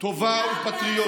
טובה ופטריוטית.